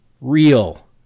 Real